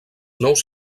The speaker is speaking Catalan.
nous